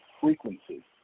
frequency